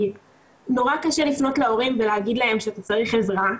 כי נורא קשה לפנות להורים ולהגיד להם שאתה צריך עזרה,